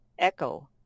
echo